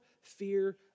fear